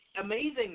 Amazing